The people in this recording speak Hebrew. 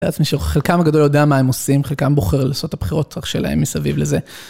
אני מתאר לעצמי, שחלקם הגדול יודע מה הם עושים, חלקם בוחר לעשות את הבחירות שלהם מסביב לזה.